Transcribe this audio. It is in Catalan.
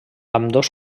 ambdós